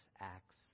acts